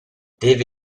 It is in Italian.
deve